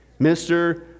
Mr